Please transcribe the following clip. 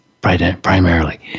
primarily